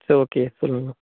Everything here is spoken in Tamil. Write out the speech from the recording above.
சரி ஓகே சொல்லுங்ணா